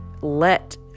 let